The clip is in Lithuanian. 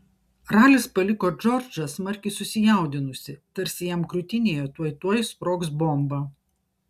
ralis paliko džordžą smarkiai susijaudinusį tarsi jam krūtinėje tuoj tuoj sprogs bomba